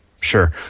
Sure